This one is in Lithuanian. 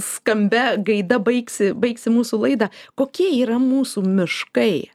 skambia gaida baigsi baigsi mūsų laidą kokie yra mūsų miškai